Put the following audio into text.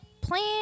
plan